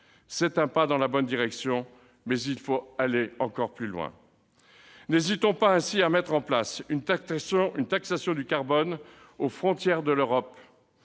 C'est un pas dans la bonne direction, mais il faut aller plus loin. Ainsi, n'hésitons pas à mettre en place une taxation du carbone aux frontières de l'Europe